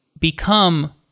become